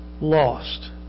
lost